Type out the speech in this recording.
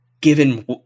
given